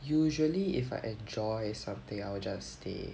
usually if I enjoy something I will just stay